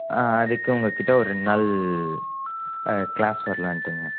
ஆ அதுக்கு உங்கள்கிட்ட ஒரு ரெண்டு நாள் கிளாஸ் வரலான்ட்டு மேம்